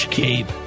cape